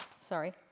Sorry